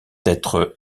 être